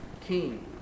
king